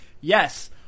yes